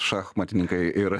šachmatininkai ir